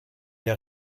der